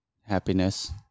happiness